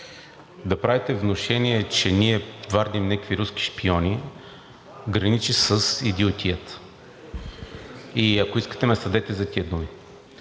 Да правите внушения, че ние вардим някакви руски шпиони, граничи с идиотията. Ако искате, ме съдете за тези думи.